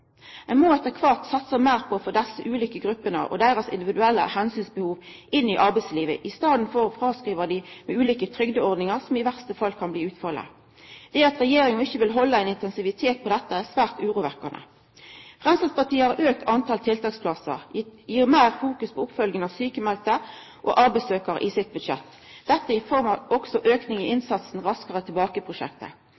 Ein må etter kvart satsa meir på å få desse ulike gruppene, med deira individuelle omsynsbehov, inn i arbeidslivet, i staden for å avskriva dei med ulike trygdeordningar, som i verste fall kan bli utfallet. Det at regjeringa ikkje vil halda ein intensivitet på dette, er svært urovekkjande. Framstegspartiet har auka talet på tiltaksplassar, sett meir fokus på oppfølging av sjukmelde og arbeidssøkjarar i sitt budsjett – dette også i form av auking i